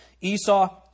Esau